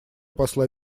посла